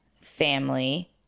family